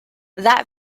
that